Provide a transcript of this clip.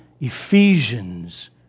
Ephesians